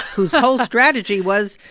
whose whole strategy was,